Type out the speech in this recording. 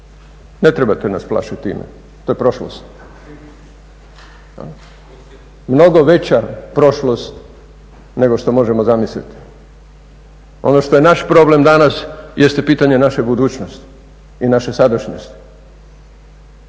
Ne trebate nas plašiti time to je prošlost. Mnogo veća prošlost nego što možemo zamisliti. Ono što je naš problem danas jeste pitanje naše budućnosti i naše sadašnjosti,